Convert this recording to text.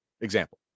example